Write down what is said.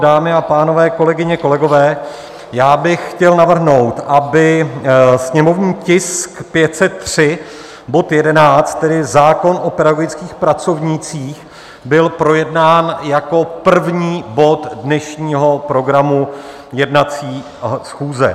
Dámy a pánové, kolegyně, kolegové, já bych chtěl navrhnout, aby sněmovní tisk 503, bod 11, tedy zákon o pedagogických pracovnících, byl projednán jako první bod dnešního programu jednací schůze.